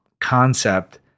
concept